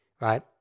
right